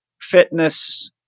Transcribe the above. fitness